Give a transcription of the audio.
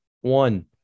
one